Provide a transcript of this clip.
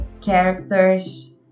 characters